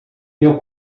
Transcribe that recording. meu